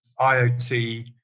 IoT